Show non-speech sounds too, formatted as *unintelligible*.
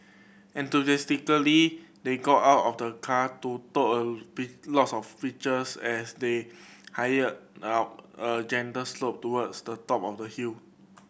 enthusiastically they got out of the car to took a *unintelligible* lots of pictures as they hiked up a gentle slope towards the top of the hill